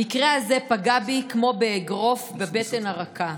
המקרה הזה פגע בי כמו אגרוף בבטן הרכה.